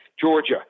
Georgia